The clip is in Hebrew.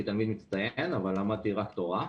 הייתי תלמיד מצטיין אבל למדתי רק תורה.